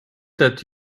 that